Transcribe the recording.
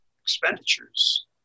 expenditures